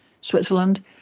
Switzerland